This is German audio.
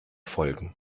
folgen